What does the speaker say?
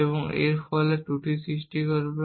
এবং এর ফলে একটি ত্রুটি সৃষ্টি করবে